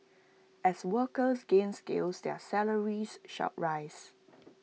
as workers gain skills their salaries should rise